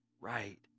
right